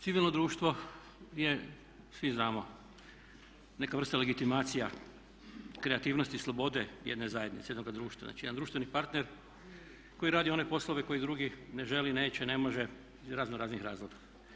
Civilno društvo je svi znamo neka vrsta legitimacija kreativnosti i slobode jedne zajednice, jednoga društva, znači jedan društveni partner koji radi one poslove koji drugi ne želi, neće, ne može iz razno raznih razloga.